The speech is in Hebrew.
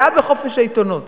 פגיעה בחופש העיתונות.